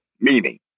meaning